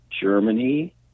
Germany